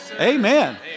Amen